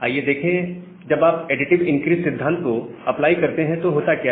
आइए देखें जवाब एडिटिव इनक्रीस सिद्धांत को अप्लाई करते हैं तो होता क्या है